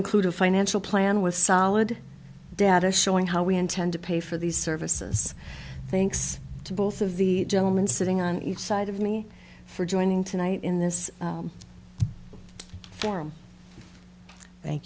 include a financial plan with solid data showing how we intend to pay for these services thanks to both of the gentleman sitting on each side of me for joining tonight in this forum